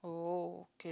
okay